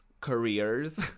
careers